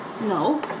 No